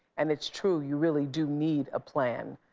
and it's true, you really do need a plan.